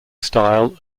style